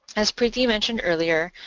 as preety mentioned earlier,